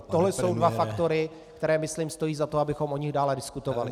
Tohle jsou dva faktory, které myslím stojí za to, abychom o nich dále diskutovali.